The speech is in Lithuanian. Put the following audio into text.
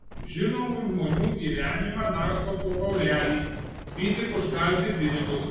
žinomų žmonių gyvenimą narsto po kaulelį by tik užkalti pinigus